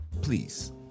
Please